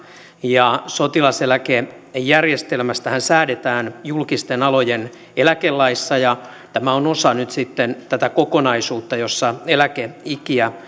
sotilaseläkejärjestelmästähän säädetään julkisten alojen eläkelaissa ja tämä on nyt sitten osa tätä kokonaisuutta jossa eläkeikiä